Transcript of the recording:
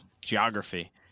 Geography